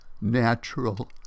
natural